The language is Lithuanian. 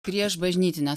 prieš bažnytinę